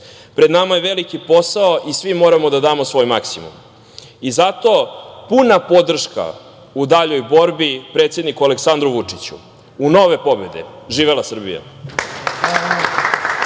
nama je veliki posao i svi moramo da damo svoj maksimum.I zato puna podrška u daljoj borbi predsedniku Aleksandru Vučiću, u nove pobede, živela Srbija.